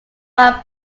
nearby